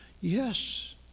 Yes